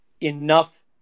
enough